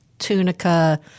Tunica